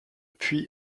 puy